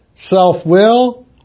Self-will